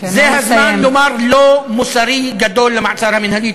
זה הזמן לומר לא מוסרי גדול למעצר המינהלי.